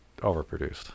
overproduced